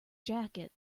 jacket